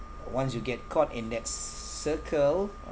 once you get caught in that circle